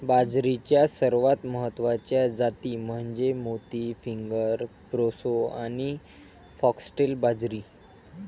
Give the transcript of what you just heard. बाजरीच्या सर्वात महत्वाच्या जाती म्हणजे मोती, फिंगर, प्रोसो आणि फॉक्सटेल बाजरी